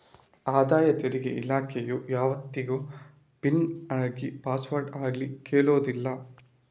ಆದಾಯ ತೆರಿಗೆ ಇಲಾಖೆಯು ಯಾವತ್ತಿಗೂ ಪಿನ್ ಆಗ್ಲಿ ಪಾಸ್ವರ್ಡ್ ಆಗ್ಲಿ ಕೇಳುದಿಲ್ಲ